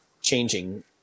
changing